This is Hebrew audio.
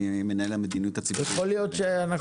אני מנהל המדיניות הציבורית באמזון.